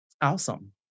Awesome